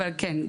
אבל כן,